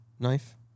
knife